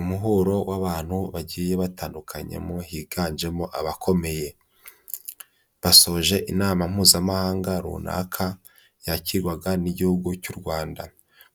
Umuhuro w'abantu bagiye batandukanyemo higanjemo abakomeye. Basoje inama Mpuzamahanga runaka yakirwaga n'Igihugu cy'u Rwanda.